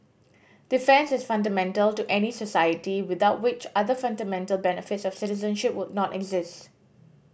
defence is fundamental to any society without which other fundamental benefits of citizenship would not exist